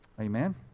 Amen